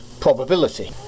probability